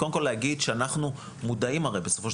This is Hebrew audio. קודם כל להגיד שאנחנו מודעים הרי בסופו של